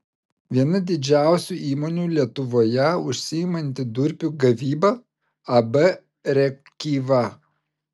viena didžiausių įmonių lietuvoje užsiimanti durpių gavyba ab rėkyva